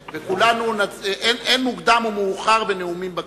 אין מוקדם ומאוחר בנאומים בכנסת.